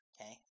okay